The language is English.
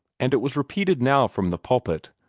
and it was repeated now from the pulpit,